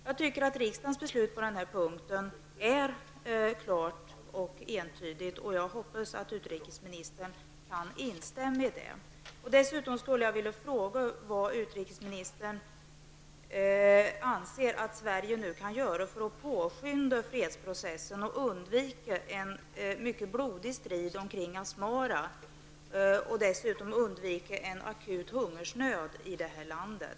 Jag tycker att riksdagens beslut på den här punkten är klart och entydigt. Jag hoppas att utrikesministern kan instämma i det. Sverige nu kan göra för att påskynda fredsprocessen för att undvika en mycket blodig strid omkring Asmara och en akut hungersnöd i landet.